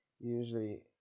Usually